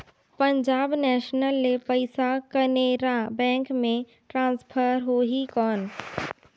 Punjab National ले पइसा Canara Bank मे ट्रांसफर होहि कौन?